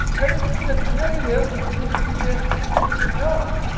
everything that's negative seems to be something that would help.